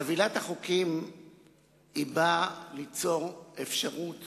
חבילת החוקים באה ליצור אפשרות